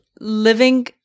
living